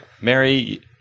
Mary